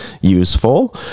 useful